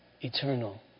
eternal